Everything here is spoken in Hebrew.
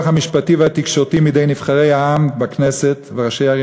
המשפטי והתקשורתי מידי נבחרי העם בכנסת וראשי הערים